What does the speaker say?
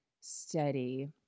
steady